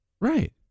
Right